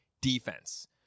defense